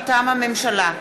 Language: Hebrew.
מטעם הממשלה: